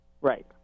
Right